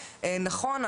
נכון,